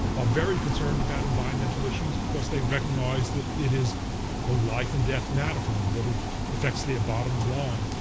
are very concerned about environmental issues, because they recognize that it is a life and death matter for them, that it affects their bottom line.